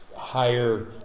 higher